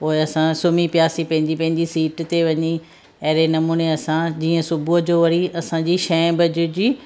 पोइ असां सुम्ही पियासीं पंहिंजी पंहिंजी सीट ते वञी अहिड़े नमूने असां जीअं सुबुह जो वरी असांजी छहें बजे जी